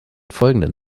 folgenden